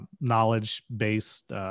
knowledge-based